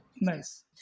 nice